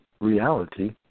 reality